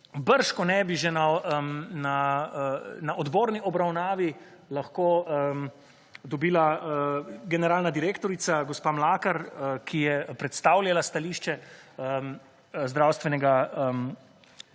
bržkotne bi že na odborni obravnavi lahko dobila generalna direktorica, gospa Mlakar, ki je predstavljala stališče Zavoda